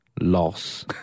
loss